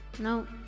No